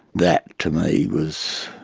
that to me was,